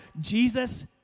Jesus